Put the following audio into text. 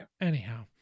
Anyhow